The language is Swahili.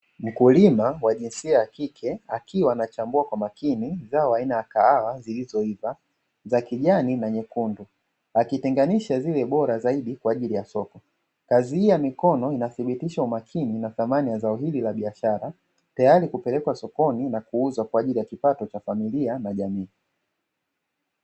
Mkulima wa jinsia ya kike akiwa ana chambua kwa makini zao aina ya kahawa zilizoiva (za kijani na nyekundu), akitenganisha zile bora zaidi kwa ajili ya soko. Kazi hii ya mikono inathibitisha umakini na thamani ya zao hili la biashara, tayari kupelekwa sokoni na kuuzwa kwa ajili ya kipato cha familia na jamii.